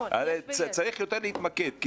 צריך יותר להתמקד,